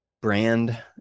brand